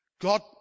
God